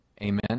Amen